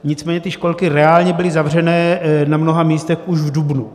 Nicméně ty školky reálně byly zavřené na mnoha místech už v dubnu.